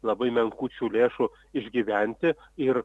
labai menkučių lėšų išgyventi ir